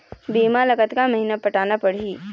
बीमा ला कतका महीना पटाना पड़ही?